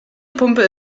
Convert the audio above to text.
pumpe